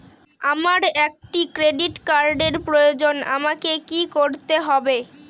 আমার একটি ক্রেডিট কার্ডের প্রয়োজন আমাকে কি করতে হবে?